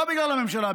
לא בגלל הממשלה,